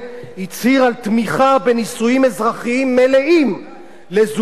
בנישואים אזרחיים מלאים לזוגות מאותו המין.